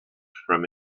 from